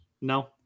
No